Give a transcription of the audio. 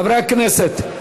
חברי הכנסת,